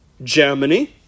Germany